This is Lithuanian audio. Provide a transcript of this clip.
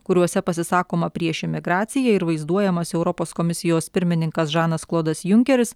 kuriuose pasisakoma prieš imigraciją ir vaizduojamas europos komisijos pirmininkas žanas klodas junkeris